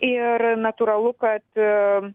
ir natūralu kad